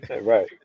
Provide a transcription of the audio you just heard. Right